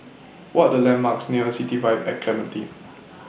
What Are The landmarks near City Vibe At Clementi